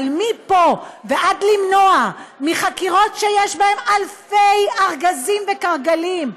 אבל מפה ועד למנוע מחקירות שיש בהן אלפי ארגזים ו"קרגלים",